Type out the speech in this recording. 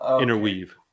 interweave